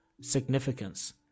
Significance